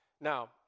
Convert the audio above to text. Now